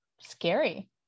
scary